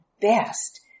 best